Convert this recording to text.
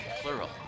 plural